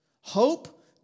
Hope